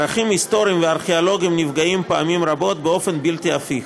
ערכים היסטוריים וארכיאולוגיים נפגעים פעמים רבות באופן בלתי הפיך.